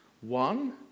one